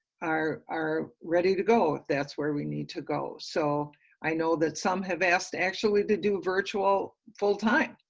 are are ready to go, if that's where we need to go, so i know that some have asked actually to do virtual full-time,